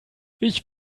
ich